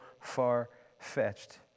far-fetched